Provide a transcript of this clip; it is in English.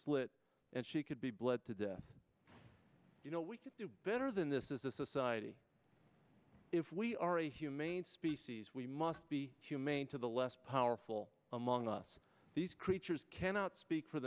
slit and she could be bled to death you know we can do better than this as a society if we are a humane species we must be humane to the less powerful among us these creatures cannot speak for